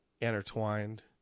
intertwined